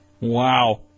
wow